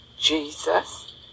Jesus